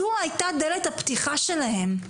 זו הייתה דלת הפתיחה שלהם.